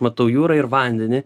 matau jūrą ir vandenį